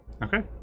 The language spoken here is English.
Okay